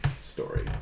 story